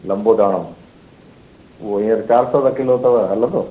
लम्बो दाणो उहो हीअंर चारि सौ रुपिया किलो अथव हलंदो